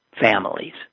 families